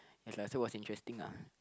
as lah so was interesting lah